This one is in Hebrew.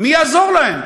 מי יעזור להם?